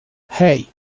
hey